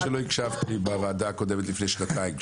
חבל שלא הקשבת לי בוועדה הקודמת לפני שנתיים,